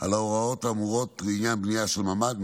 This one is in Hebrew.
על ההוראות האמורות לעניין בנייה של ממ"ד,